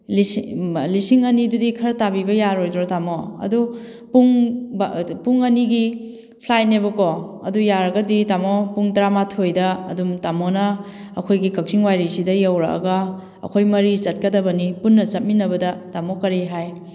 ꯂꯤꯁꯤꯡ ꯂꯤꯁꯤꯡ ꯑꯅꯤꯗꯨꯗꯤ ꯈꯔ ꯇꯥꯕꯤꯕ ꯌꯥꯔꯣꯏꯗ꯭ꯔꯣ ꯇꯥꯃꯣ ꯑꯗꯨ ꯄꯨꯡ ꯑꯅꯤꯒꯤ ꯐ꯭ꯂꯥꯏꯠꯅꯦꯕꯀꯣ ꯑꯗꯨ ꯌꯥꯔꯒꯗꯤ ꯇꯥꯃꯣ ꯄꯨꯡ ꯇꯔꯥꯃꯥꯊꯣꯏꯗ ꯑꯗꯨꯝ ꯇꯥꯃꯣꯅ ꯑꯩꯈꯣꯏꯒꯤ ꯀꯛꯆꯤꯡ ꯋꯥꯏꯔꯤꯁꯤꯗ ꯌꯧꯔꯛꯑꯒ ꯑꯩꯈꯣꯏ ꯃꯔꯤ ꯆꯠꯀꯗꯕꯅꯤ ꯄꯨꯟꯅ ꯆꯠꯃꯤꯟꯅꯕꯗ ꯇꯥꯃꯣ ꯀꯔꯤ ꯍꯥꯏ